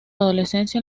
adolescencia